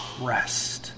rest